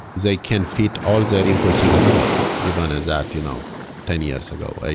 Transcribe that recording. they can fit all their inputs in the memory even as that you know ten years ago, eight,